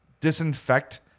disinfect